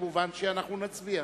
מובן שאנחנו נצביע.